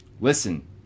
listen